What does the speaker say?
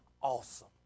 awesome